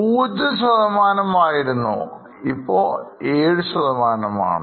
0 ശതമാനം ആയിരുന്നു ഇപ്പൊ 7 മാണ്